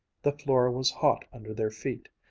the floor was hot under their feet,